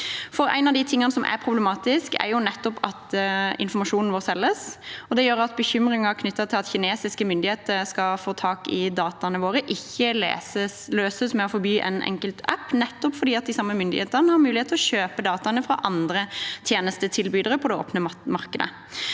En av tingene som er problematiske, er nettopp at informasjonen vår selges. Det gjør at bekymringen knyttet til at kinesiske myndigheter skal få tak i dataene våre, ikke løses ved å forby en enkelt app, nettopp fordi de samme myndighetene har mulighet til å kjøpe dataene fra andre tjenestetilbydere på det åpne markedet.